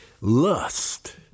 Lust